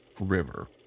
river